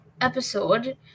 episode